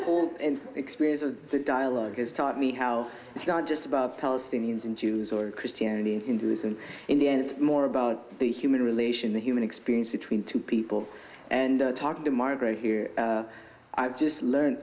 whole experience of the dialogue has taught me how it's not just about palestinians and jews or christianity induce them in the end it's more about the human relation the human experience between two people and talking to margaret here i've just learned